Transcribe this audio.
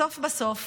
בסוף בסוף